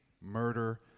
murder